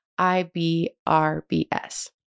IBRBS